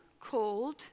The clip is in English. called